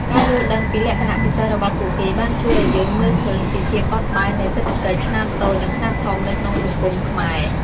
ការយល់ដឹងពីលក្ខណៈពិសេសរបស់ពួកគេបានជួយឱ្យយើងមើលឃើញពីភាពបត់បែននៃសេដ្ឋកិច្ចខ្នាតតូចនិងខ្នាតធំនៅក្នុងសង្គមខ្មែរ។